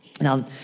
Now